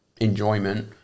enjoyment